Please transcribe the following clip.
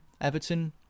Everton